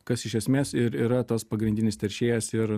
kas iš esmės ir yra tas pagrindinis teršėjas ir